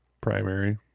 primary